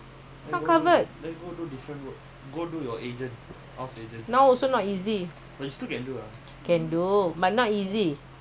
not selling not everybody are selling house to do ah now all drop all commision if people sell the house